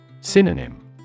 Synonym